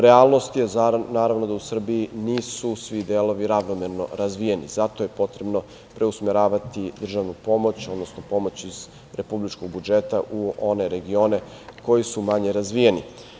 Realnost je da u Srbiji nisu svi delovi ravnomerno razvijeni, zato je potrebno preusmeravati državnu pomoć, odnosno pomoć iz republičkog budžeta u one regione koji su manje razvijeni.